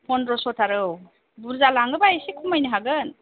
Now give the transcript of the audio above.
पन्द्र'स'थार औ बुरजा लाङोबा एसे खमायनो हागोन